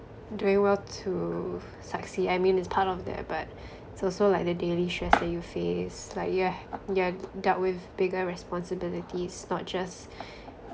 doing work to succeed I mean it's part of that but it's also like the daily stress that you face like you're you're dealt with bigger responsibilities not just